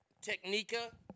Technica